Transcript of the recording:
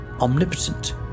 omnipotent